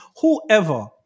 whoever